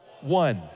One